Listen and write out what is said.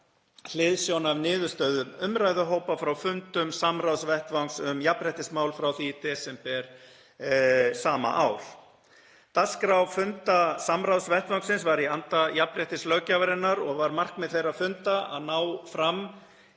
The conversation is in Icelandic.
hliðsjón af niðurstöðum umræðuhópa frá fundum samráðsvettvangs um jafnréttismál frá því í desember sama ár. Dagskrá funda samráðsvettvangsins var í anda jafnréttislöggjafarinnar og var markmið þeirra funda að ná því